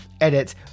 Edit